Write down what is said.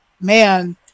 man